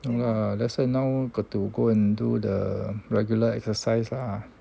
no lah that's why now got to go and do the regular exercise lah